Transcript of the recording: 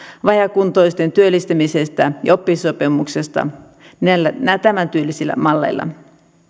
vajaakuntoisten työllistämisestä ja oppisopimuksesta tämän tyylisillä malleilla